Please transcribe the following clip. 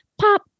Pop